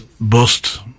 bust